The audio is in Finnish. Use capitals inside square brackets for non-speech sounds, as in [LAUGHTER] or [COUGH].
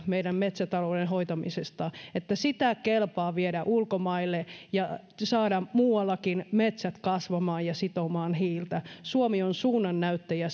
meidän metsätalouden hoitamisesta että sitä kelpaa viedä ulkomaille ja saada muuallakin metsät kasvamaan ja sitomaan hiiltä suomi on suunnannäyttäjä [UNINTELLIGIBLE]